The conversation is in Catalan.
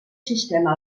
sistema